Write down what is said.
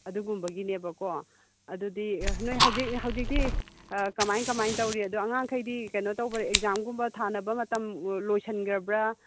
ꯑꯗꯨꯒꯨꯝꯕꯒꯤꯅꯦꯕꯀꯣ ꯑꯗꯨꯗꯤ ꯅꯣꯏ ꯍꯧꯖꯤꯛ ꯍꯧꯖꯤꯛꯇꯤ ꯀꯃꯥꯏ ꯀꯃꯥꯏꯅ ꯇꯧꯔꯤ ꯑꯗꯣ ꯑꯉꯥꯡꯈꯩꯗꯤ ꯀꯩꯅꯣ ꯇꯧꯈꯔꯦ ꯑꯦꯛꯖꯥꯝꯒꯨꯝꯕ ꯊꯥꯅꯕ ꯃꯇꯝ ꯂꯣꯏꯁꯟꯒ꯭ꯔꯕ